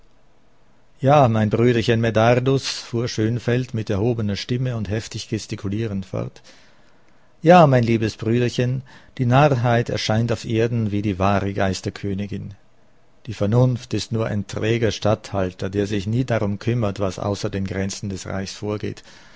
ja mein brüderchen medardus fuhr schönfeld mit erhobener stimme und heftig gestikulierend fort ja mein liebes brüderchen die narrheit erscheint auf erden wie die wahre geisterkönigin die vernunft ist nur ein träger statthalter der sich nie darum kümmert was außer den grenzen des reichs vorgeht